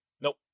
Nope